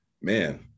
man